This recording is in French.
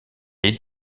est